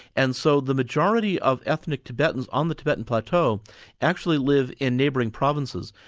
and so the majority of ethnic tibetans on the tibetan plateau actually live in neighbouring provinces,